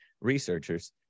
researchers